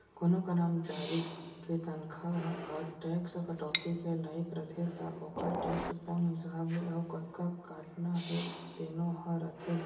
कोनों करमचारी के तनखा ह टेक्स कटौती के लाइक रथे त ओकर टेक्स कोन हिसाब ले अउ कतका काटना हे तेनो ह रथे